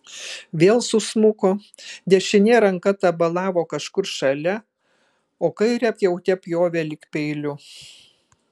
vėl susmuko dešinė ranka tabalavo kažkur šalia o kairę pjaute pjovė lyg peiliu